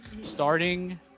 Starting